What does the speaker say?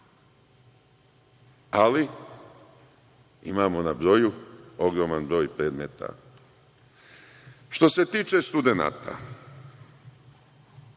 ali imamo na broju ogroman broj predmeta. Što se tiče studenata,